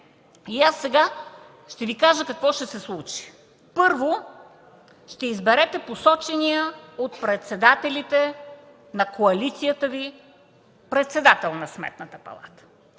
Аз сега ще Ви кажа какво ще се случи. Първо, ще изберете посочения от председателите на коалицията Ви председател на Сметната палата.